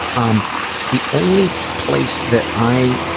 um the only place that i,